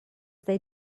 that